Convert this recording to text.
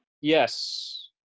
Yes